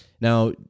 Now